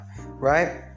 right